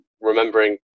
remembering